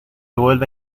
vuelva